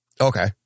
Okay